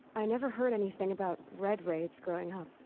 i never heard anything about. red raids growing up.